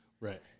Right